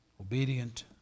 Obedient